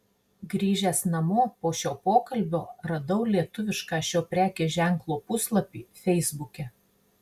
grįžęs namo po šio pokalbio radau lietuvišką šio prekės ženklo puslapį feisbuke